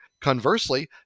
conversely